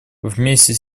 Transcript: вместе